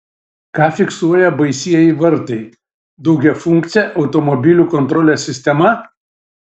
ką fiksuoja baisieji vartai daugiafunkcė automobilių kontrolės sistema